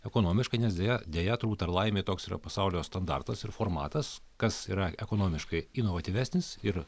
ekonomiškai nes deja deja turbūt ar laimė toks yra pasaulio standartas ir formatas kas yra ekonomiškai inovatyvesnis ir